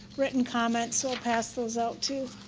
written comments, so i'll pass those out, too.